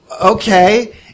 Okay